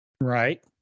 Right